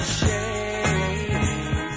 shame